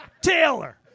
Taylor